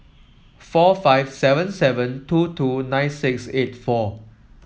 four five seven seven two two nine six eight four